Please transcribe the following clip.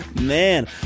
Man